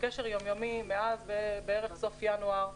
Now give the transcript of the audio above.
בערך מסוף ינואר.